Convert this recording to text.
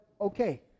okay